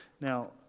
Now